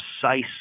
precise